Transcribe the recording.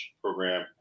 program